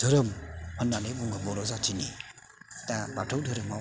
धोरोम होननानै बुङो बर' जाथिनि दा बाथौ धोरोमआव